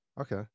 Okay